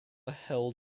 held